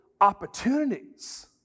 opportunities